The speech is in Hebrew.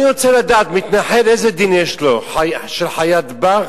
אני רוצה לדעת, איזה דין יש למתנחל, של חיית בר?